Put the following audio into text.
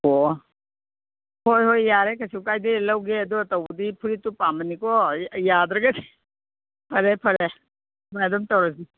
ꯑꯣ ꯍꯣꯏ ꯍꯣꯏ ꯌꯥꯔꯦ ꯀꯩꯁꯨ ꯀꯥꯏꯗꯦ ꯂꯧꯒꯦ ꯑꯗꯨ ꯇꯧꯕꯗꯤ ꯐꯨꯔꯤꯠꯇꯨ ꯄꯥꯝꯕꯅꯤꯀꯣ ꯌꯥꯗ꯭ꯔꯒꯗꯤ ꯐꯔꯦ ꯐꯔꯦ ꯑꯗꯨꯃꯥꯏꯅ ꯑꯗꯨꯝ ꯇꯧꯔꯁꯤ